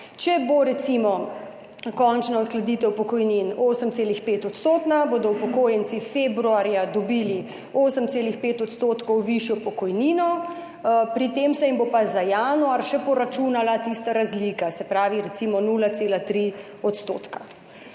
Če bo recimo končna uskladitev pokojnin 8,5-odstotna, bodo upokojenci februarja dobili 8,5 % višjo pokojnino, pri tem se jim bo pa za januar še poračunala tista razlika, se pravi recimo 0,3 %.